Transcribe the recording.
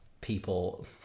people